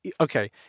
okay